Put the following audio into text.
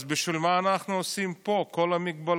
אז בשביל מה אנחנו עושים פה את כל המגבלות?